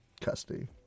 custody